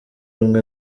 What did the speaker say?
ubumwe